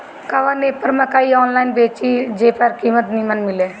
कवन एप पर मकई आनलाइन बेची जे पर कीमत नीमन मिले?